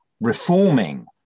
reforming